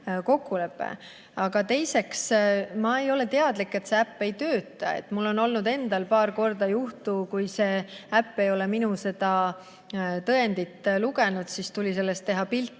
kokkulepe. Aga teiseks, ma ei ole teadlik, et see äpp ei tööta. Mul endal on olnud paar juhtu, kui see äpp ei ole minu tõendit lugenud, aga siis tuli sellest teha pilt,